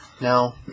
No